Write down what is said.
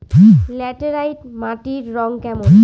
Laterite মাটির রং কেমন?